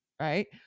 Right